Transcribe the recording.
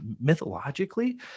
mythologically